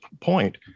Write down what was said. point